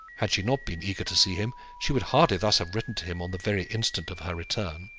had she not been eager to see him, she would hardly thus have written to him on the very instant of her return.